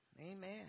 Amen